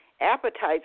appetites